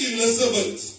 Elizabeth